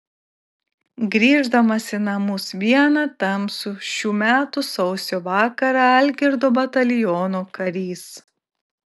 grįždamas į namus vieną tamsų šių metų sausio vakarą algirdo bataliono karys